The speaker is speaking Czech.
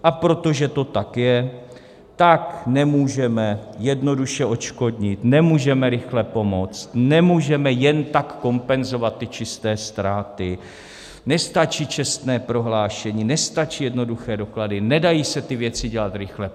A protože to tak je, tak nemůžeme jednoduše odškodnit, nemůžeme rychle pomoct, nemůžeme jen tak kompenzovat ty čisté ztráty, nestačí čestné prohlášení, nestačí jednoduché doklady, nedají se ty věci dělat rychle.